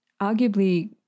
arguably